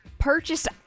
Purchased